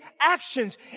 actions